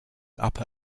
upper